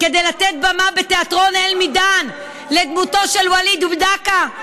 כדי לתת במה בתיאטרון אל-מידאן לדמותו של וליד דקה,